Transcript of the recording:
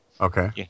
Okay